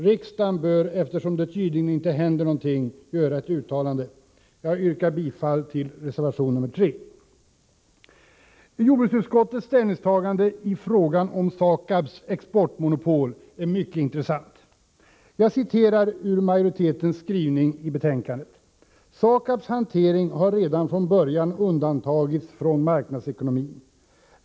Riksdagen bör, eftersom det tydligen inte händer någonting, göra ett uttalande. Jag yrkar bifall till reservation 3. Jordbruksutskottets ställningstagande i frågan om SAKAB:s exportmonopol är mycket intressant. Jag citerar ur majoritetens skrivning i betänkandet: ”SAKAB:s hantering har redan från början väsentligen undantagits från marknadsekonomin.